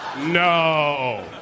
No